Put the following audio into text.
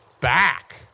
back